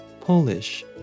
Polish